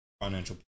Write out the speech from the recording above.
financial